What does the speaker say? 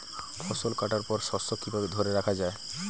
ফসল কাটার পর শস্য কিভাবে ধরে রাখা য়ায়?